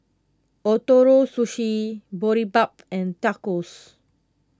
Ootoro Sushi Boribap and Tacos